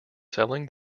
selling